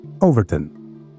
Overton